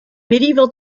medieval